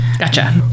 Gotcha